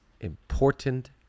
important